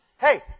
Hey